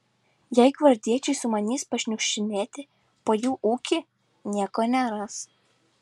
jei gvardiečiai sumanys pašniukštinėti po jų ūkį nieko neras